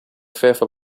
fearful